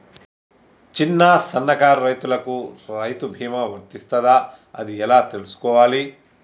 చిన్న సన్నకారు రైతులకు రైతు బీమా వర్తిస్తదా అది ఎలా తెలుసుకోవాలి?